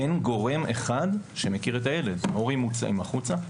אין גורם אחד שמכיר את הילד הורים מוצאים החוצה.